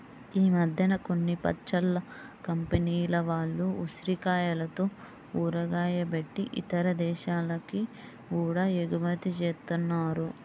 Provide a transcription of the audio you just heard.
ఈ మద్దెన కొన్ని పచ్చళ్ళ కంపెనీల వాళ్ళు ఉసిరికాయలతో ఊరగాయ బెట్టి ఇతర దేశాలకి గూడా ఎగుమతి జేత్తన్నారు